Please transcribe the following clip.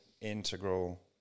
integral